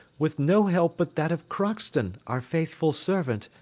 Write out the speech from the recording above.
with no help but that of crockston, our faithful servant,